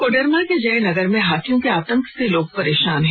कोडरमा के जयनगर में हाथियो के आतंक से लोग को परेशान हैं